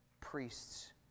priests